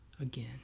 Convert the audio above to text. again